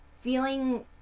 feeling